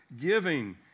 Giving